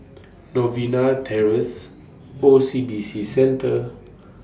Novena Terrace O C B C Centre